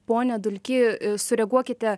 pone dulky sureaguokite